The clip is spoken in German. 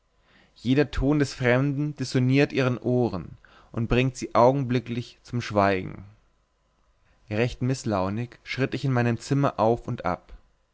jeder ton des fremden dissoniert ihren ohren und bringt sie augenblicklich zum schweigen recht mißlaunig schritt ich in meinem zimmer auf und ab